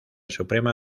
suprema